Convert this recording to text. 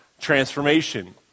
transformation